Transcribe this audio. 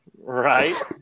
right